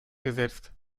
gesetzt